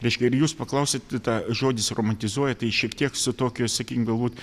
reiškia ir jūs paklausėt tą žodis romantizuoja tai šiek tiek su tokiu sakykim galbūt